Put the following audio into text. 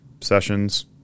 sessions